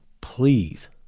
Please